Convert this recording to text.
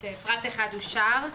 הצבעה אושרה תודה רבה.